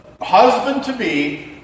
husband-to-be